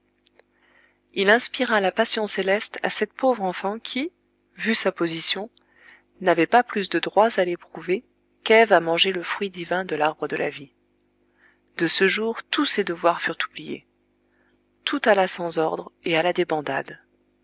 il inspira la passion céleste à cette pauvre enfant qui vu sa position n'avait pas plus de droits à l'éprouver qu'ève à manger le fruit divin de l'arbre de la vie de ce jour tous ses devoirs furent oubliés tout alla sans ordre et à la débandade